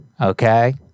okay